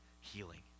healing